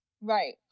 right